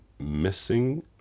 missing